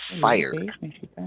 fired